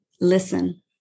listen